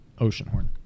Oceanhorn